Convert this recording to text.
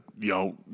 yo